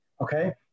okay